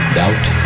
doubt